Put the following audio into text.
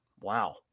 Wow